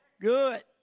Good